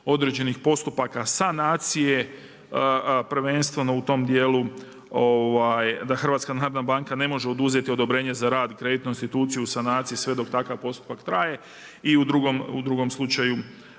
određenih postupaka sanacije prvenstveno u tom djelu da HNB ne može oduzeti odobrenje za rad kreditnoj instituciji u sanaciju sve dok takav postupak traje i u drugom slučaju